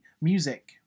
music